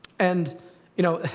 and you know,